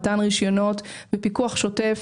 מתן רישיונות ופיקוח שוטף.